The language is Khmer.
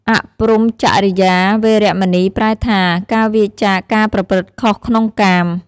អព្រហ្មចរិយា វេរមណី ប្រែថា ការវៀរចាកការប្រព្រឹត្តខុសក្នុងកាម ។